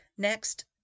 Next